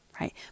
right